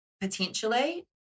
potentially